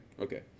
Okay